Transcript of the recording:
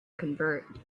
convert